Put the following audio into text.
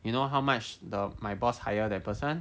you know how much the my boss hire the person